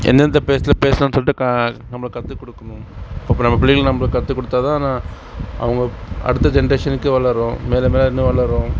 எந்தெந்த பிளேஸில் பேசணும் சொல்லிட்டு நம்ம கற்று கொடுக்குணும் அப்போ நம்ம பிள்ளைங்களுக்கு நம்ம கற்று கொடுத்தா தான் அவங்க அடுத்த ஜென்ரேஷனுக்கு வளரும் மேலே மேலே இன்னும் வளரும்